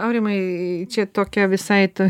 aurimai čia tokia visai ta